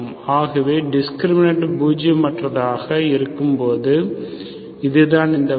ஆகவே டிஸ்கிரிமின்ட் பூஜ்ஜியம் அற்றதாக இருக்கும்போது இதுதான் அந்த வகை